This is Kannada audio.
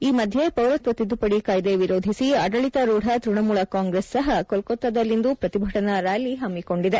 ಈ ಮಧ್ಯೆ ಪೌರತ್ವ ತಿದ್ದುಪದಿ ಕಾಯ್ದೆ ವಿರೋಧಿಸಿ ಆಡಳಿತರೂಧ ತ್ಪಣಮೂಲ ಕಾಂಗ್ರೆಸ್ ಸಹ ಕೋಲ್ಕೊತಾದಲ್ಲಿಂದು ಪ್ರತಿಭಾಟನಾ ರ್ಯಾಲಿ ಹಮ್ಮಿಕೊಂಡಿದೆ